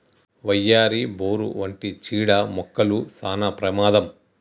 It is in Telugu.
వయ్యారి, బోరు వంటి చీడ మొక్కలు సానా ప్రమాదం